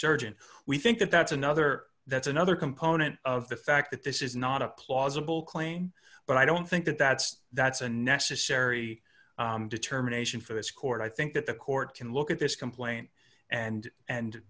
surgeon we think that that's another that's another component of the fact that this is not a plausible claim but i don't think that that's that's a necessary determination for this court i think that the court can look at this complaint and and